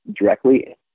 directly